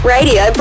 Radio